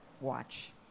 watch